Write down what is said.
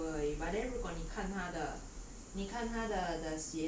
I think 他是蛮有钱他只是 humble 而已 but then 如果你看他的